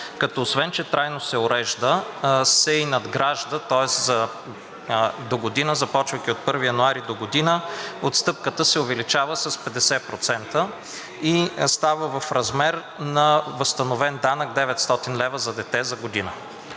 Като освен че трайно се урежда се и надгражда, тоест догодина, започвайки от 1 януари, догодина отстъпката се увеличава с 50% и става в размер на възстановен данък 900 лв. за дете за година.